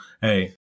hey